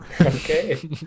Okay